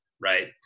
right